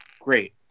Great